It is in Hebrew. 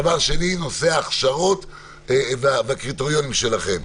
דבר שני, נושא ההכשרות והקריטריונים שלכם.